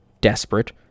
desperate